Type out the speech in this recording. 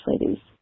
ladies